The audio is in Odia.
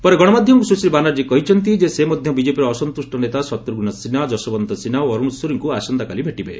ପରେ ଗଣମାଧ୍ୟମକୁ ସୁଶ୍ରୀ ବାନାକୀ କହିଛନ୍ତି ଯେ ସେ ମଧ୍ୟ ବିଜେପିର ଅସନ୍ତୁଷ୍ଟ ନେତା ଶତ୍ରଘ୍ନ ସିହ୍ନା ଯଶୋବନ୍ତ ସିହା ଓ ଅର୍ଭଣ ସୋରୀଙ୍କ ଆସନ୍ତାକାଲି ଭେଟିବେ